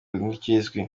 ntikizwi